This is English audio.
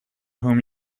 whom